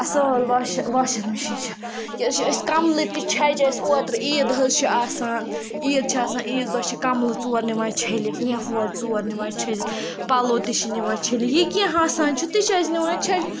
اَصٕل واشہ washing machine چھےٚ یہِ حظ چھِ أسۍ کَملہٕ تہِ چھَجہِ اَسہِ اوترٕ عیٖد حظ چھِ آسان عیٖد چھےٚ آسان عیٖذ دۄہ چھِ کَملہٕ ژور نِوان چھٔلِتھ لینٛفہٕ وورِ ژور نِوان چھٔلِتھ پَلو تہِ چھِ نِوان چھٔلِتھ یہِ کینٛہہ آسان چھِ تہِ چھِ أسۍ نِوان چھٔلِتھ